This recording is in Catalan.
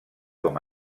com